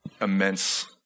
immense